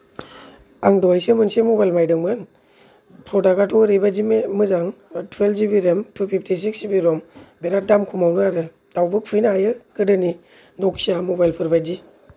आं दहायसो मोनसे मबाइल बाइदोंमोन फ्र'दाक्थ आथ' आरैबादि मोजां थुयेलब GB RAM two fifty six GB RAM बिराथ दाम खमावनो आरो दावबो खुबैनो हायो गोदोनि नखिया मबाइलफोर बादि